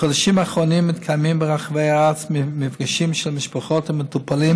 בחודשים האחרונים מתקיימים ברחבי הארץ מפגשים של משפחות המטופלים